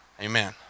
Amen